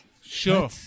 Sure